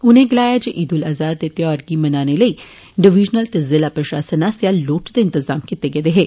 उनें गलाया जे ईद उल अजहा दे त्यौहार गी मनाने लेई डिविजनल ते ज़िला प्रशासन आस्सेआ लोड़चे इंतज़ाम कीते गेदे हे